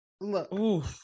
Look